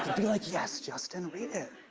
be like, yes, justin. read it.